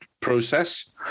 process